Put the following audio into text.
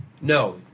No